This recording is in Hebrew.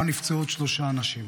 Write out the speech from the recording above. שבה נפצעו עוד שלושה אנשים,